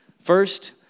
First